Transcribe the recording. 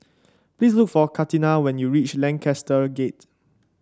please look for Katina when you reach Lancaster Gate